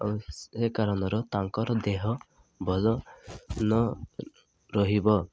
ଆଉ ସେ କାରଣର ତାଙ୍କର ଦେହ ଭଲ ନ ରହିବ